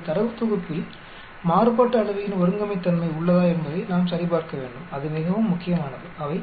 உங்கள் தரவுத் தொகுப்பில் மாறுபாட்டு அளவையின் ஒருங்கமைத்தன்மை உள்ளதா என்பதை நாம் சரிபார்க்க வேண்டும் அது மிகவும் முக்கியமானது அவை